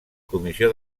comissió